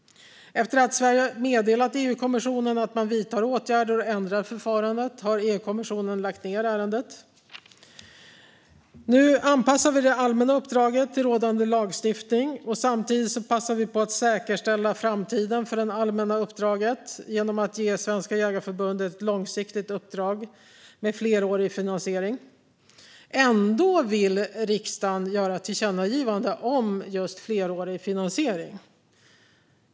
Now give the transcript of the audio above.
Efter att Sverige har meddelat EU-kommissionen att man vidtar åtgärder och ändrar förfarandet har EU-kommissionen lagt ned ärendet. Nu anpassar vi det allmänna uppdraget efter rådande lagstiftning. Samtidigt passar vi på att säkerställa framtiden för det allmänna uppdraget genom att ge Svenska Jägareförbundet ett långsiktigt uppdrag med flerårig finansiering. Ändå vill riksdagen göra ett tillkännagivande om just flerårig finansiering.